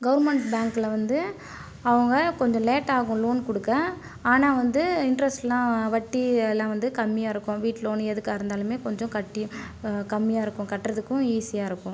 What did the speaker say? government பேங்க்ல வந்து அவங்க கொஞ்சம் லேட்டாக ஆகும் லோன் கொடுக்க ஆனால் வந்து இன்ட்ரஸ்ட்லாம் வட்டி எல்லா வந்து கம்மியாக இருக்கும் வீட்டு லோன் எதுக்காக இருந்தாலுமே கொஞ்சம் கட்டி கம்மியாக இருக்கும் கற்றதுக்கு ஈஸியாக இருக்கு